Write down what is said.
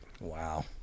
Wow